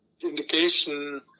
indication